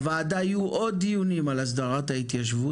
לוועדה יהיו עוד דיונים על הסדרת ההתיישבות,